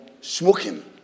smoking